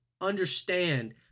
understand